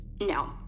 no